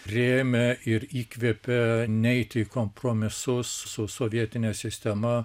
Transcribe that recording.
priėmė ir įkvėpė neiti į kompromisus su sovietine sistema